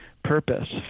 purpose